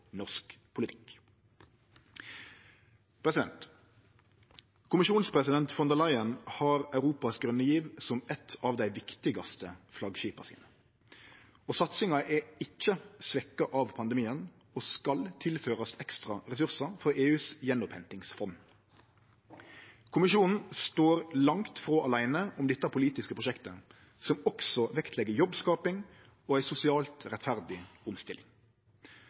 norsk politikk. Kommisjonspresident von der Leyen har Europas grøne giv som eitt av dei viktigaste flaggskipa sine. Satsinga er ikkje svekt av pandemien og skal tilførast ekstra ressursar frå EUs gjenopphentingsfond. Kommisjonen står langt frå åleine om dette politiske prosjektet, som også vektlegg jobbskaping og ei sosialt rettferdig omstilling.